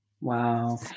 Wow